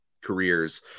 careers